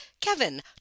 Kevin